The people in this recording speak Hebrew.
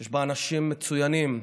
שיש בה אנשים מצוינים,